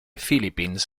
philippines